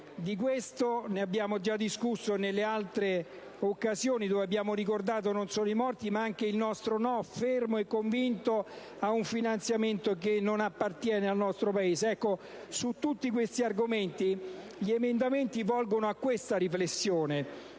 di questo abbiamo già discusso nelle altre occasioni. Abbiamo ricordato non solo i morti, ma anche il nostro no fermo e convinto ad un finanziamento che non appartiene al nostro Paese. Su tutti questi argomenti gli emendamenti volgono alla seguente riflessione: